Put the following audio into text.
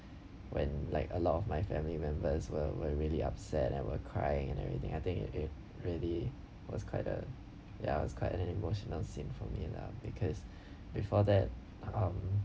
when like a lot of my family members were were really upset and were crying and everything I think it it really was quite uh ya it's quite an emotional scene for me lah because before that um